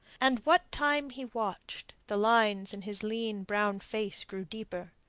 and what time he watched, the lines in his lean brown face grew deeper.